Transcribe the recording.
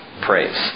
praise